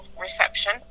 reception